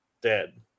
dead